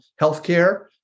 healthcare